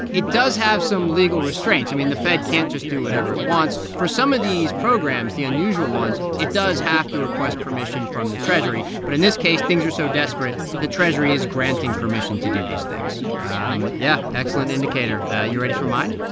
it does have some legal restraints. i mean, the fed can't just do whatever it wants. for some of these programs, the unusual ones, it does have to request permission from the treasury. but in this case, things are so desperate, the treasury is granting permission to do these things um yeah, excellent indicator you ready for mine?